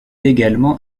également